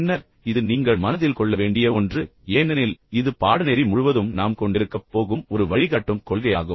பின்னர் இது நீங்கள் மனதில் கொள்ள வேண்டிய ஒன்று ஏனெனில் இது பாடநெறி முழுவதும் நாம் கொண்டிருக்கப் போகும் ஒரு வழிகாட்டும் கொள்கையாகும்